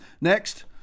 next